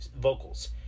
Vocals